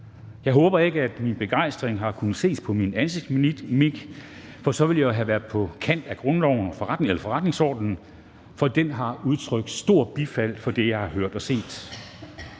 Jeg håber ikke, at min begejstring har kunnet ses på min ansigtsmimik – for så ville jeg jo have været på kant med forretningsordenen – for den har udtrykt stort bifald for det, jeg har hørt og set.